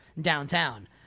downtown